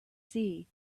see